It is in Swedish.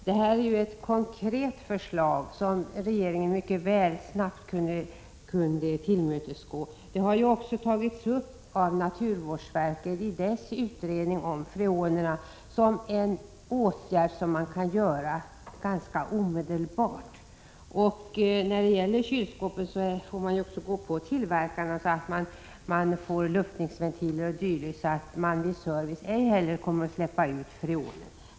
Detta är ett förslag som regeringen mycket väl snabbt kunde tillmötesgå, och det har också tagits upp i naturvårdsverkets utredning om freoner som en åtgärd som man kan vidta ganska omedelbart. När det gäller kylskåp får man också gå på tillverkarna, så att det blir luftningsventiler o. d. så att det inte heller vid service blir några utsläpp av freon.